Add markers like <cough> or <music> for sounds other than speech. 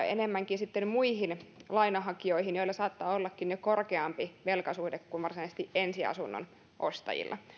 <unintelligible> enemmänkin muihin lainan hakijoihin joilla saattaa ollakin jo korkeampi velkasuhde kuin varsinaisesti ensiasunnon ostajilla